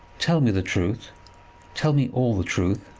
tell me the truth tell me all the truth.